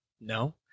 No